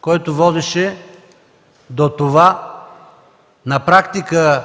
който водеше до това на практика